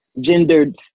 gendered